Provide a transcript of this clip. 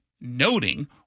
noting